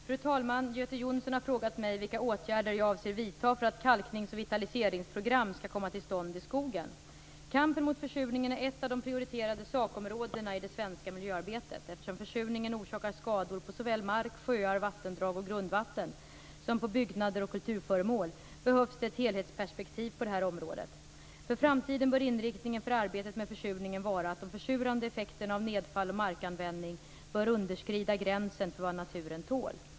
Fru talman! Göte Jonsson har frågat mig vilka åtgärder jag avser att vidta för att kalknings och vitaliseringsprogram skall komma till stånd i skogen. Kampen mot försurningen är ett av de prioriterade sakområdena i det svenska miljöarbetet. Eftersom försurningen orsakar skador på såväl mark, sjöar, vattendrag och grundvatten som på byggnader och kulturföremål behövs det ett helhetsperspektiv på det här området. För framtiden bör inriktningen för arbetet med försurningen vara att de försurande effekterna av nedfall och markanvändning bör underskrida gränsen för vad naturen tål.